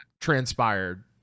transpired